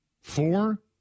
Four